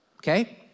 Okay